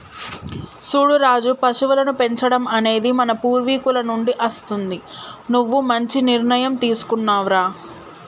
సూడు రాజు పశువులను పెంచడం అనేది మన పూర్వీకుల నుండి అస్తుంది నువ్వు మంచి నిర్ణయం తీసుకున్నావ్ రా